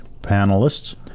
panelists